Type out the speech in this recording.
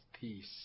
peace